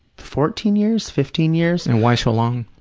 fourteen years, fifteen years. and why so long?